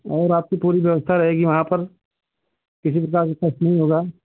और आपकी पूरी व्यवस्था रहेगी वहाँ पर किसी प्रकार से कष्ट नहीं होगा